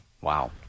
Wow